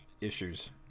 issues